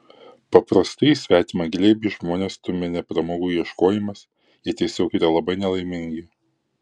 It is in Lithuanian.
paprastai į svetimą glėbį žmones stumia ne pramogų ieškojimas jie tiesiog yra labai nelaimingi